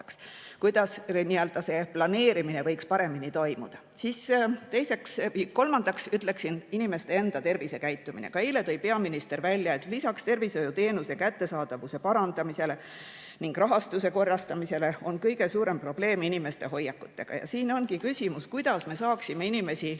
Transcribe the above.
Kuidas see planeerimine võiks paremini toimuda? Kolmandaks ütleksin: inimeste enda tervisekäitumine. Eile tõi ka peaminister välja, et lisaks tervishoiuteenuse kättesaadavuse parandamisele ning rahastuse korrastamisele on kõige suurem probleem inimeste hoiakutega. Ja siin ongi küsimus, kuidas me saaksime inimesi